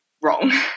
wrong